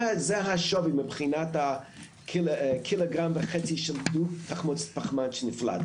זה השווי מבחינת הקילוגרם וחצי תחמוצת פחמן שנפלט.